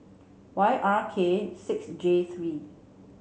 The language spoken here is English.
Y R K six J three